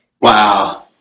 Wow